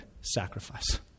sacrifice